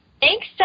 Thanks